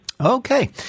Okay